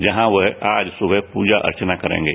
जहां वह आज सुबह प्रजा अर्वना करेंगे